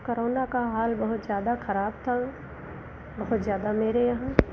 corona का हाल बहुत ज़्यादा खराब था बहुत ज़्यादा मेरे यहाँ